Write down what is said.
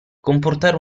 comportare